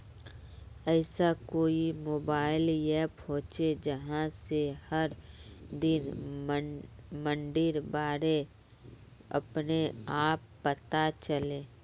ऐसा कोई mobile app होचे जहा से हर दिन मंडीर बारे अपने आप पता चले?